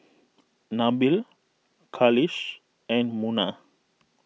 Nabil Khalish and Munah